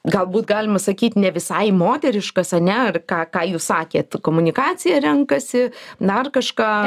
galbūt galima sakyt ne visai moteriškas ane ar ką ką jūs sakėt komunikaciją renkasi dar kažką